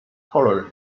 tolerant